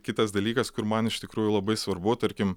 kitas dalykas kur man iš tikrųjų labai svarbu tarkim